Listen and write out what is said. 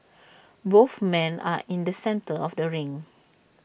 both men are in the centre of the ring